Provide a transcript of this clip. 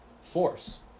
force